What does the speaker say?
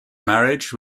marriage